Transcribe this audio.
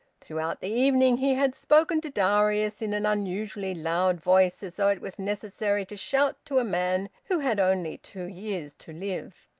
throughout the evening he had spoken to darius in an unusually loud voice, as though it was necessary to shout to a man who had only two years to live.